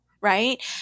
right